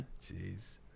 Jeez